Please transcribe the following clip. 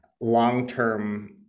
long-term